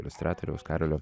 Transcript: iliustratoriaus karolio